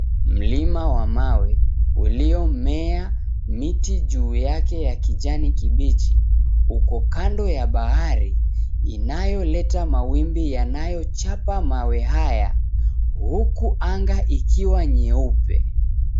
Mlima wa mawe uliyomea miti juu yake ya kijani kibachi, uko Kando ya bahari inayoleta mawimbi yanayochapa mawe haya huku anga ikiwa nyeupe.